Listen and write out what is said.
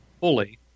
fully